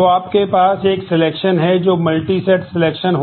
तो आपके पास एक सिलेक्शन अलग परिभाषा का